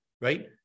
right